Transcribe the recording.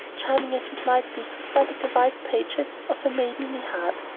charming as it might be to study the white pages of a maidenly heart.